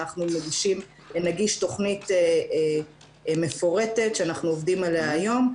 ואנחנו נגיש תוכנית מפורטת שאנחנו עובדים עליה היום,